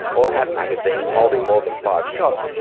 or have magazines holding more than five shots,